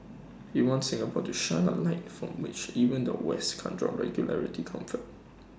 he wants Singapore to shine A light from which even the west can draw regulatory comfort